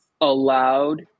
allowed